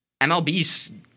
MLBs